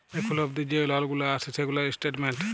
এখুল অবদি যে লল গুলা আসে সেগুলার স্টেটমেন্ট